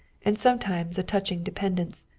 and sometimes a touching dependence.